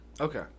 Okay